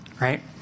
right